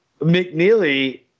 McNeely